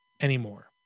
anymore